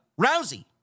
Rousey